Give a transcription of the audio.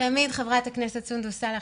חברת הכנסת סונדוס סאלח,